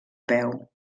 peu